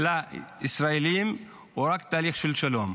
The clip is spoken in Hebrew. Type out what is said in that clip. לישראלים היא רק בתהליך שלום.